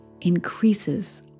increases